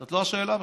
זאת לא השאלה בכלל.